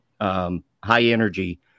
high-energy